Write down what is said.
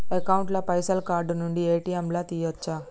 Account ల పైసల్ card నుండి ఏ.టి.ఎమ్ లా తియ్యచ్చా?